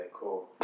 cool